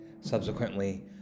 subsequently